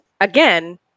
Again